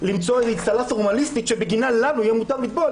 למצוא איזו אצטלה פורמליסטית שבגינה לנו יהיה מותר לטבול,